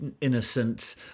innocent